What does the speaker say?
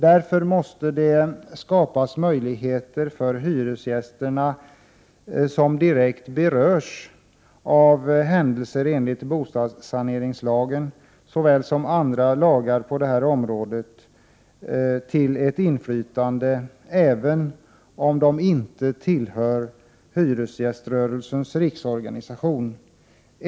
Därför måste det skapas möjlighet för hyresgästerna — som direkt berörs av åtgärder enligt bostadssaneringslagen och andra lagar på detta område -— till ett inflytande även om de inte tillhör hyresgäströrelsens riksorganisation.